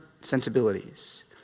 sensibilities